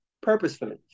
purposefully